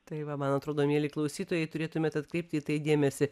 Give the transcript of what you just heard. tai va man atrodo mieli klausytojai turėtumėt atkreipti į tai dėmesį